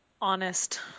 honest